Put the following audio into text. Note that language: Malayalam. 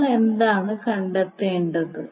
നമ്മൾ എന്താണ് കണ്ടെത്തേണ്ടത്